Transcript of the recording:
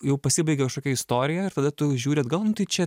jau pasibaigė kažkokia istorija ir tada tu žiūri atgal nu tai čia